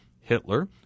Hitler